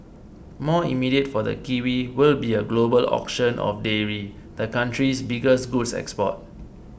more immediate for the kiwi will be a global auction of dairy the country's biggest goods export